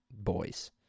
boys